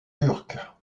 turcs